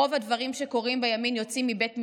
רוב הדברים שקורים בימין יוצאים מבית מדרשם.